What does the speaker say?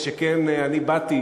שכן אני באתי